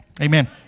Amen